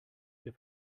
der